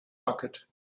bucket